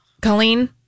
Colleen